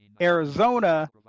Arizona